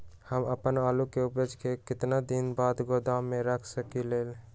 हम अपन आलू के ऊपज के केतना दिन बाद गोदाम में रख सकींले?